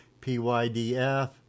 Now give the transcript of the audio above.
PYDF